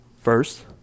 first